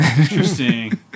Interesting